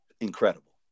incredible